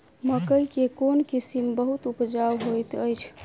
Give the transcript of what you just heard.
मकई केँ कोण किसिम बहुत उपजाउ होए तऽ अछि?